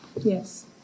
Yes